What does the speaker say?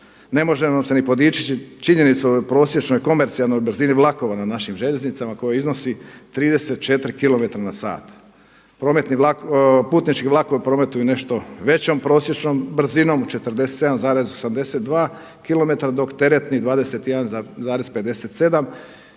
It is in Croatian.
ne možemo se ni podičiti sa činjenicom o prosječnoj komercijalnoj brzini vlakova na našim željeznicama koje iznose 34 km/h. Putnički vlakovi prometuju nešto većom prosječnom brzinom od 47,82km dok teretni 21,57 i